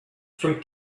from